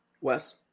Wes